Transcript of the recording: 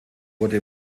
wurde